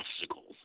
obstacles